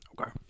Okay